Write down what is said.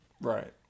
Right